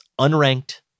unranked